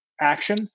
action